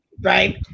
right